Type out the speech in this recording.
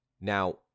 Now